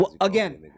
Again